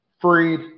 Freed